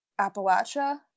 Appalachia